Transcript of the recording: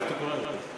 ספקטקולרית.